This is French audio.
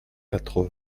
quatre